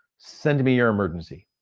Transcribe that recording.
send me your emergency.